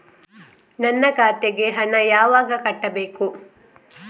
ನನ್ನ ಖಾತೆಗೆ ಹಣ ಯಾವಾಗ ಕಟ್ಟಬೇಕು?